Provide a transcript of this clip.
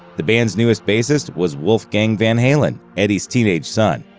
the band's newest bassist was wolfgang van halen, eddie's teenage son.